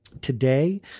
Today